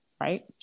right